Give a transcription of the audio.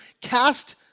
cast